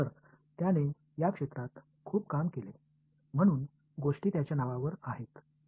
तर त्याने या क्षेत्रात खूप काम केले म्हणून गोष्टी त्याच्या नावावर आहेत ठीक आहे